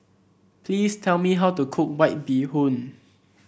please tell me how to cook White Bee Hoon